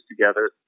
together